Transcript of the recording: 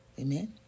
Amen